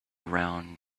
around